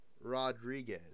Rodriguez